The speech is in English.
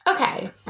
okay